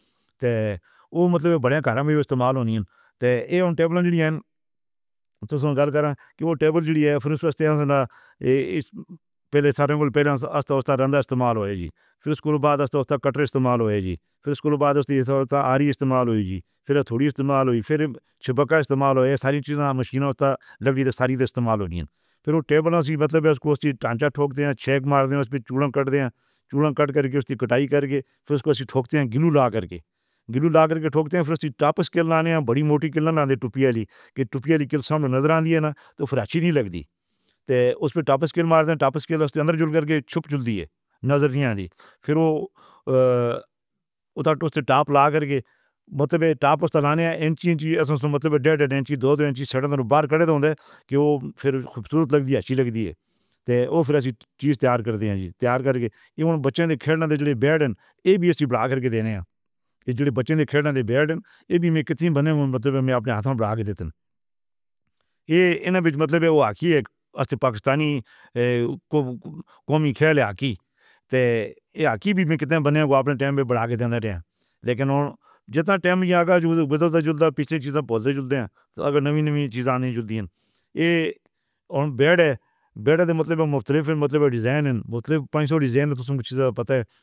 اوہ مطلب بڑے کمّ وچ ورتیاں جان والیاں تے ایہہ ہن ٹیبل جیڑھیاں ہن، تسّ گلّ کرو کہ اوہ ٹیبل جیڑھی اے، پہلے اوس دے واسطے نئیں پیندے سادھݨ والے پہلے اساں تہاڈا رَنڈھا ورتیا جانا جی، فیر اوس دے بعد اوسدا کٹڑا ورتیا جانا جی، فیر اوس دے بعد اوسدی آری ورتی جاوے جی، فیر اَٹھوڑی ورتی جاوے۔ فیر چھِبکا ورتیا جانا۔ ساری چیز مشیناں اوسدا لاݨدی تے ساری دا ورتیا جانا، فیر اوہ ٹیبلز ای مطلب کی ٹانچا ٹھوک ݙیوݨا، چھیک مار ݙیوݨا۔ اوس تے چوڑا کٹ ݙے ہن۔ چوڑا کٹ کر کے اوسدی کٹائی کر کے فیر اوس کوں ایں ٹھوکدے گلو لا کے، گلو لا کے ٹھوکدے ہن۔ فیر اوسے ٹاپ سکل لیندے ہن۔ وݙی موٹی کلاں آندیاں ٹوپی والی۔ کی ٹوپی والی کل سمندر نظر آندی اے نا۔ تاں فیر چنگی نئیں لڳدی تاں اوس تے ٹاپ سکل مارݙے، ٹاپ سکل اوسدی اندر جُل کے لُک ویندی اے۔ نظر نئیں آندی۔ فیر اوہ اتے ٹاپ لا کے مطلب ٹاپ اوسدا لیندے آں، انچ انچ توں مطلب ڈیڑھ ڈیڑھ انچ دو انچ توں باہر کر ݙیندے کی اوہ فیر خوشنما لڳدی چنگی لڳدی اے۔ تے اوہ فیر ایں چیز تیار کر ݙے ہن۔ تیار کر کے ایہہ ہون بچّیاں دے کھیݪݨ دے جیڑھے بیڈ ناں اے بی ایسے بݨا کے ݙیوݨ ہن۔ ایہہ جو بچّیاں دے کھیݪݨ دے بیڈ ناں، اے بی میگی کِتھوں بݨݨ مطلب میں اپݨے ہتھاں بݨا کے ݙینداں۔ ایہہ انبچ مطلب اوہ ہاکی اے پاکستانی۔ قومی کھیݪ ہاکی تے ہاکی وی کِتھوں بݨے گا؟ اپݨے وقت تے بݨا کے ݙیݨا ہا۔ پر جیڑھا وقت ایہہ کردا جو ݙسدا جو پچھلی چیز پُچھدے جو ہن اگر نم نم چیز آوݨی چاہیدی اے۔ ایہہ ہون بیڈ اے۔ بیڈ دے مطلب ڈیزائن اے۔ مطلب پنج سو ڈیزائن تساں ڄاݨدے او۔